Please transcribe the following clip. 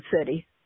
City